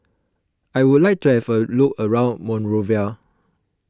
I would like to have a look around Monrovia